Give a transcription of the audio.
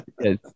Yes